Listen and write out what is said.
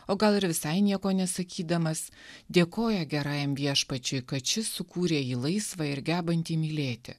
o gal ir visai nieko nesakydamas dėkoju gerajam viešpačiui kad šis sukūrė jį laisvą ir gebantį mylėti